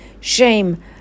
Shame